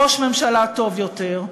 ראש ממשלה טוב יותר.